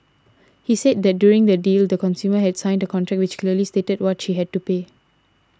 he said that during the deal the consumer had signed a contract which clearly stated what she had to pay